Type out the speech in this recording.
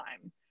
time